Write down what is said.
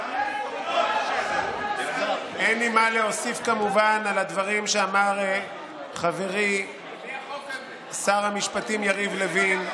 על הדברים שאמר חברי שר המשפטים יריב לוין.